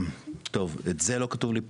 את זה לא כתוב לי פה,